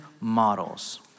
models